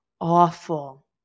awful